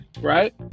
right